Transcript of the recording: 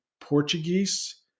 portuguese